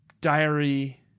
diary